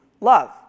love